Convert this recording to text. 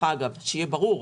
שיהיה ברור,